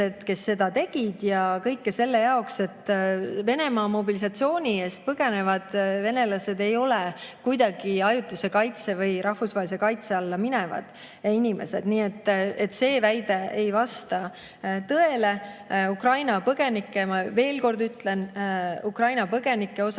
kes seda tegid, ja kõike selle jaoks, et Venemaa mobilisatsiooni eest põgenevad venelased ei ole kuidagi ajutise kaitse või rahvusvahelise kaitse alla minevad inimesed. Nii et see väide ei vasta tõele. Ukraina põgenike puhul, ma veel kord ütlen, Ukraina põgenike puhul